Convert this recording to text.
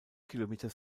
kilometer